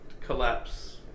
collapse